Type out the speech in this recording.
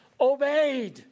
obeyed